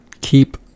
keep